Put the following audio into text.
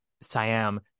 siam